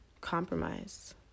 compromise